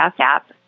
app